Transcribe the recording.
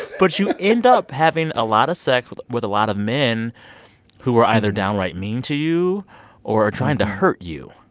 but you end up having a lot of sex with with a lot of men who are either downright mean to you or trying to hurt you.